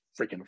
freaking